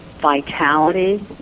vitality